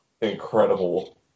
incredible